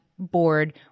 board